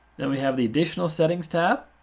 then we have the additional settings tab